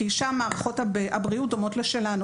כי שם מערכות הבריאות דומות לשלנו,